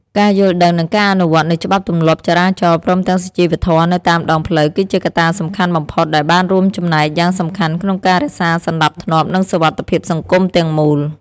ការយល់ដឹងនិងការអនុវត្តនូវច្បាប់ទម្លាប់ចរាចរណ៍ព្រមទាំងសុជីវធម៌នៅតាមដងផ្លូវគឺជាកត្តាសំខាន់បំផុតដែលបានរួមចំណែកយ៉ាងសំខាន់ក្នុងការរក្សាសណ្តាប់ធ្នាប់និងសុវត្ថិភាពសង្គមទាំងមូល។